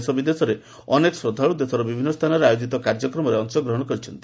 ଦେଶ ବିଦେଶର ଅନେକ ଶ୍ରଦ୍ଧାଳୁ ଦେଶର ବିଭିନ୍ନ ସ୍ଥାନରେ ଆୟୋଜିତ କାର୍ଯ୍ୟକ୍ରମରେ ଅଂଶଗ୍ରହଣ କରିଛନ୍ତି